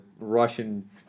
Russian